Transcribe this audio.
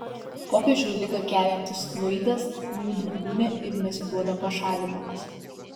popiežiui ligą keliantis fluidas glūdi kūne ir nesiduoda pašalinamas